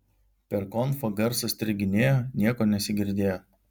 per konfą garsas striginėjo nieko nesigirdėjo